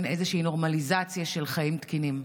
איזושהי נורמליזציה של חיים תקינים?